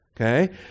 Okay